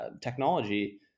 technology